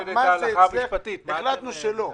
החלטנו שלא,